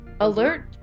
alert